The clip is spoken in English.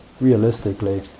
realistically